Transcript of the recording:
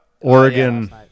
Oregon